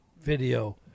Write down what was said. video